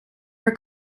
her